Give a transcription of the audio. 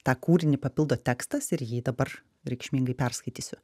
tą kūrinį papildo tekstas ir jį dabar reikšmingai perskaitysiu